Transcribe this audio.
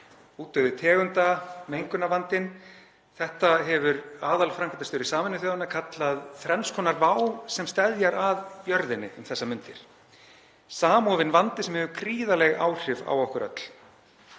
útdauða tegunda, mengunarvandanum. Þetta hefur aðalframkvæmdastjóri Sameinuðu þjóðanna kallað þrenns konar vá sem steðjar að jörðinni um þessar mundir, samofinn vandi sem hefur gríðarleg áhrif á okkur öll.